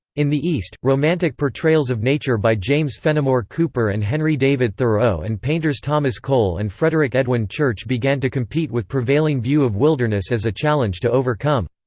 in the east, romantic portrayals of nature by james fenimore cooper and henry david thoreau and painters thomas cole and frederick edwin church began to compete with prevailing view of wilderness as a challenge to overcome.